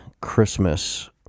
Christmas